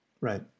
Right